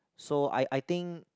so I I think